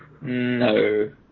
No